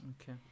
Okay